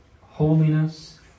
holiness